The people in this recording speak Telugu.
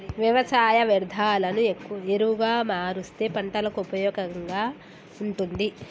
వ్యవసాయ వ్యర్ధాలను ఎరువుగా మారుస్తే పంటలకు ఉపయోగంగా ఉంటుంది